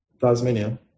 Tasmania